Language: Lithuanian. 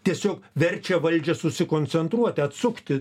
tiesiog verčia valdžią susikoncentruoti atsukti